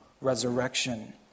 resurrection